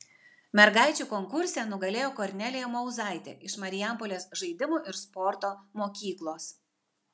mergaičių konkurse nugalėjo kornelija mauzaitė iš marijampolės žaidimų ir sporto mokyklos